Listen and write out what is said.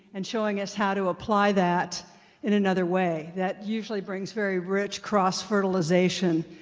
and showing us how to apply that in another way. that usually brings very rich cross-fertilization,